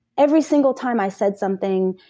every single time i said something,